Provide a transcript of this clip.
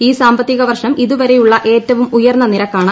ഈ സാമ്പത്തിക വർഷം ഇതുവരെയുള്ള ഏറ്റവും ഉയർന്ന നിരക്കാണ്